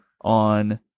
on